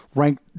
ranked